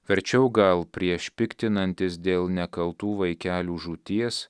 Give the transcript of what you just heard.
verčiau gal prieš piktinantis dėl nekaltų vaikelių žūties